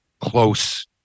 close